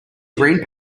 green